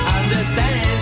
understand